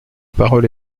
parole